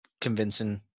convincing